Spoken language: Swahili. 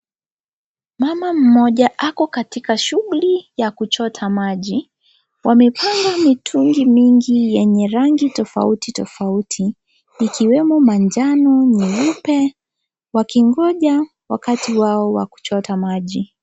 Mama mmoja ako katika shughuli ya kuchota maji , wamepanga mitungi mingi yenye rangi tofauti tofauti ikiwemo manjano , nyeupe wakingoja wakati wao wa kuchota maji.